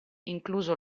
incluso